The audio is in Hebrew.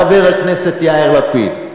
חבר הכנסת יאיר לפיד,